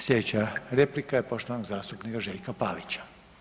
Slijedeća replika je poštovanog zastupnika Željka Pavića.